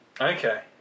Okay